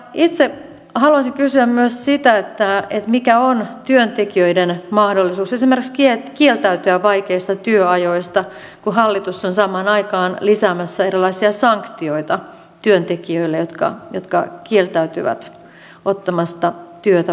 itse haluaisin myös kysyä sitä mikä on työntekijöiden mahdollisuus esimerkiksi kieltäytyä vaikeista työajoista kun hallitus on samaan aikaan lisäämässä erilaisia sanktioita työntekijöille jotka kieltäytyvät ottamasta työtä vastaan